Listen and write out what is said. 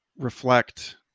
reflect